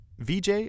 VJ